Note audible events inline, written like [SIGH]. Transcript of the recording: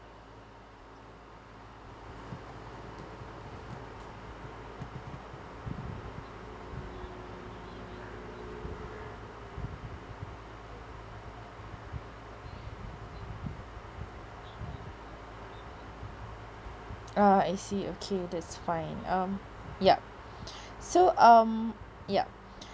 ah I see okay that's fine um yup [BREATH] so um yup